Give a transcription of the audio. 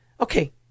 okay